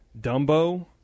Dumbo